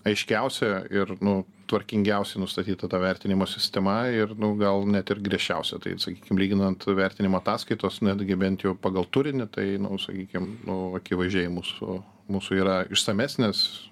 aiškiausia ir nu tvarkingiausiai nustatyta ta vertinimo sistema ir nu gal net ir griežčiausia tai sakykim lyginant vertinimo ataskaitos netgi bent jau pagal turinį tai nu sakykim nu akivaizdžiai mūsų mūsų yra išsamesnės